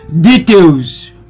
details